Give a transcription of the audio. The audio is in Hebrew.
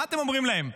מה אתם אומרים להם?